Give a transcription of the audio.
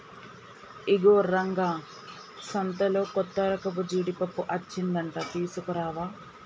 ఇగో రంగా సంతలో కొత్తరకపు జీడిపప్పు అచ్చిందంట తీసుకురావా